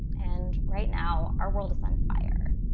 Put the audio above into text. and right now our world is on fire.